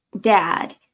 dad